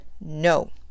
No